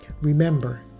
Remember